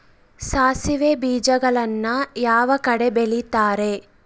ಸಾಸಿವೆ ಬೇಜಗಳನ್ನ ಯಾವ ಕಡೆ ಬೆಳಿತಾರೆ?